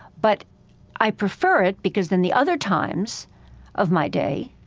but i prefer it because, in the other times of my day,